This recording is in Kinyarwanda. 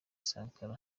sankara